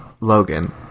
Logan